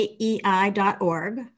aei.org